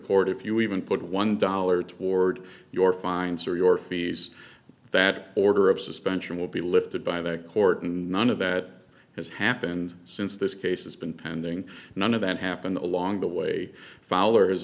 court if you even put one dollar toward your fines or your fees that order of suspension will be lifted by the court and none of that has happened since this case has been pending none of that happened along the way fo